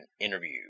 interview